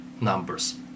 numbers